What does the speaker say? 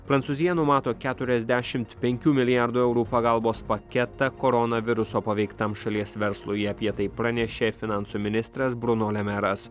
prancūzija numato keturiasdešimt penkių milijardų eurų pagalbos paketą koronaviruso paveiktam šalies verslui apie tai pranešė finansų ministras bruno le meras